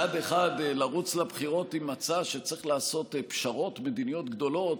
לרוץ לבחירות עם מצע שצריך לעשות פשרות מדיניות גדולות